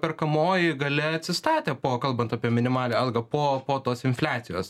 perkamoji galia atsistatė po kalbant apie minimalią algą po po tos infliacijos